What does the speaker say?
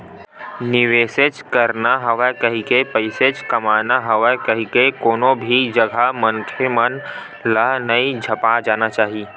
निवेसेच करना हवय कहिके, पइसाच कमाना हवय कहिके कोनो भी जघा मनखे मन ल नइ झपा जाना चाही